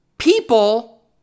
People